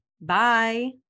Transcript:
Bye